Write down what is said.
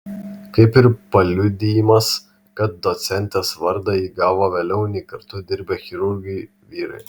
kaip ir paliudijimas kad docentės vardą ji gavo vėliau nei kartu dirbę chirurgai vyrai